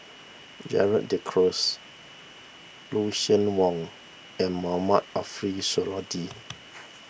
Gerald De Cruz Lucien Wang and Mohamed Ariff Suradi